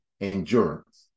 endurance